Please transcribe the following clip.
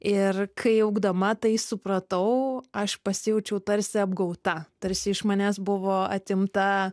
ir kai augdama tai supratau aš pasijaučiau tarsi apgauta tarsi iš manęs buvo atimta